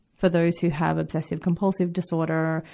for those who have obsessive-compulsive disorder,